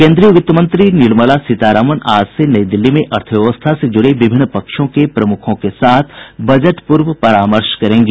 केन्द्रीय वित्त मंत्री निर्मला सीतारामन आज से नई दिल्ली में अर्थव्यवस्था से जुड़े विभिन्न पक्षों के प्रमुखों के साथ बजट पूर्व परामर्श शुरू करेंगी